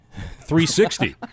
360